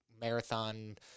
marathon